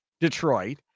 Detroit